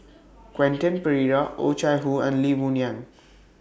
Quentin Pereira Oh Chai Hoo and Lee Boon Yang